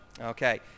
Okay